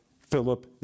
Philip